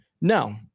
No